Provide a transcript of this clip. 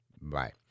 Bye